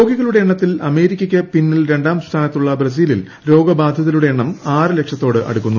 രോഗികളുടെ എണ്ണത്തിൽ അഭ്യമിക്കയ്ക്ക് പിന്നിൽ രണ്ടാം സ്ഥാനത്തുള്ള ബ്രസീലിൽ രോഗ്ല്ബ്മാധിതരുടെ എണ്ണം ആറ് ലക്ഷത്തോടടുക്കുന്നു